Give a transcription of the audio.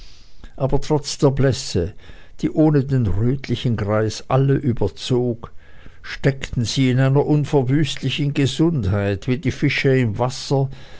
aber trotz der blässe die ohne den rötlichen greis alle überzog steckten sie in einer unverwüstlichen gesundheit wie die fische im wasser